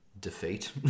defeat